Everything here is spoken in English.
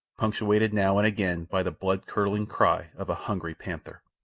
punctuated now and again by the blood-curdling cry of a hungry panther.